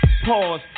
Pause